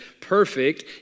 perfect